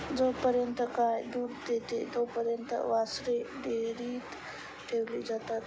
जोपर्यंत गाय दूध देते तोपर्यंत वासरे डेअरीत ठेवली जातात